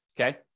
okay